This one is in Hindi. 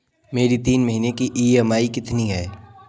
मेरी तीन महीने की ईएमआई कितनी है?